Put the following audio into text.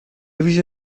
ویژه